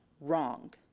wrong